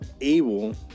able